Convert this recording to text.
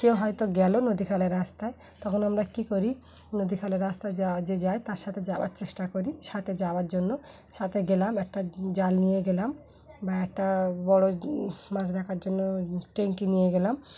কেউ হয়তো গেল নদীখালের রাস্তায় তখন আমরা কী করি নদীখালের রাস্তায় যা যে যায় তার সাথে যাওয়ার চেষ্টা করি সাথে যাওয়ার জন্য সাথে গেলাম একটা জাল নিয়ে গেলাম বা একটা বড়ো মাছ ধরার জন্য ট্যাঙ্ক নিয়ে গেলাম